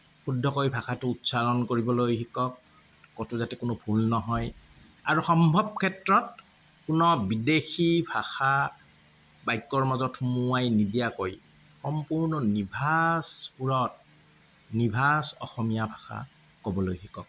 শুদ্ধকৈ ভাষাটো উচ্চাৰণ কৰিবলৈ শিকক ক'তো যাতে কোনো ভুল নহয় আৰু সম্ভৱ ক্ষেত্ৰত কোনো বিদেশী ভাষা বাক্যৰ মাজত সোমোৱাই নিদিয়াকৈ সম্পূৰ্ণ নিভাঁজ সুৰত নিভাঁজ অসমীয়া ভাষা ক'বলৈ শিকক